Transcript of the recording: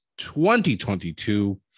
2022